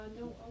No